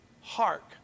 Hark